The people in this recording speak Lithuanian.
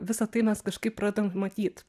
visa tai mes kažkaip pradedam matyt